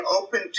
open